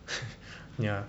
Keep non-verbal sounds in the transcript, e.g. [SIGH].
[LAUGHS] ya